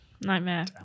nightmare